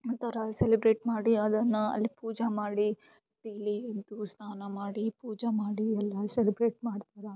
ಮತ್ತು ಅವ್ರು ಅಲ್ಲಿ ಸೆಲ್ಬ್ರೇಟ್ ಮಾಡಿ ಅದನ್ನು ಅಲ್ಲಿ ಪೂಜೆ ಮಾಡಿ ಮತ್ತು ಇಲ್ಲಿ ಇದು ಸ್ನಾನ ಮಾಡಿ ಪೂಜೆ ಮಾಡಿ ಎಲ್ಲ ಸೆಲ್ಬ್ರೇಟ್ ಮಾಡ್ತಾರೆ